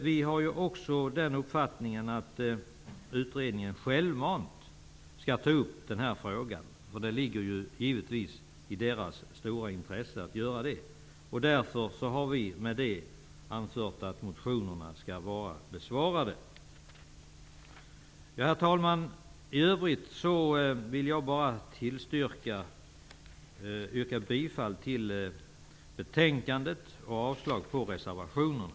Vi har också uppfattningen att utredningen självmant skall ta upp den här frågan. Givetvis har man ett stort intresse för att göra det. Med detta har vi anfört att motionerna skall anses besvarade. Herr talman! I övrigt yrkar jag bifall till hemställan i betänkandet samt avslag på reservationerna.